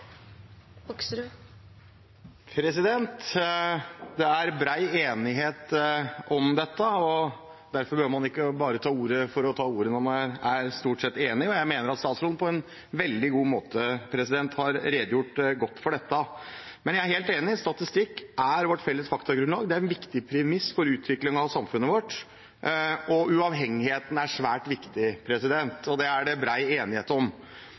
enighet om dette, derfor behøver man ikke ta ordet bare for å gjøre det, når man stort sett er enig. Jeg mener at statsråden har redegjort for dette på en veldig god måte. Jeg er helt enig – statistikk er vårt felles faktagrunnlag. Det er en viktig premiss for utviklingen av samfunnet vårt. Uavhengigheten er også svært viktig, det er det bred enighet om.